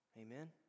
Amen